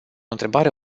întrebare